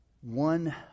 one